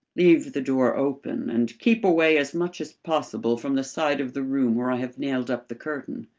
leave the door open and keep away as much as possible from the side of the room where i have nailed up the curtain.